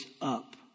up